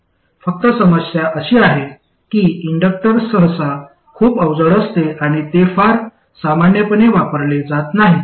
फक्त समस्या अशी आहे की इंडक्टर्स सहसा खूप अवजड असते आणि ते फार सामान्यपणे वापरले जात नाहीत